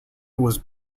was